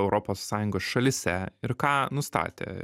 europos sąjungos šalyse ir ką nustatė